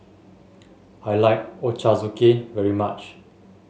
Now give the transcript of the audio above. I like Ochazuke very much